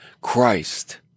Christ